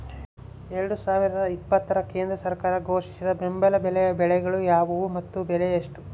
ಎರಡು ಸಾವಿರದ ಇಪ್ಪತ್ತರ ಕೇಂದ್ರ ಸರ್ಕಾರ ಘೋಷಿಸಿದ ಬೆಂಬಲ ಬೆಲೆಯ ಬೆಳೆಗಳು ಯಾವುವು ಮತ್ತು ಬೆಲೆ ಎಷ್ಟು?